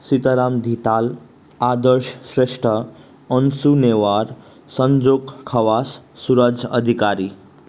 Sitaram Dhital Adarsha Shrestha Anshu Newar Sanjog Khawas Suraj Adhikari